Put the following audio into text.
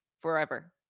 forever